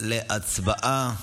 להצבעה.